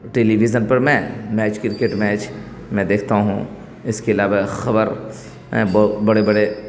television پر میں match cricket match میں دیکھتا ہوں اس کے علاوہ خبر بڑے بڑے